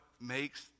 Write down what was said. makes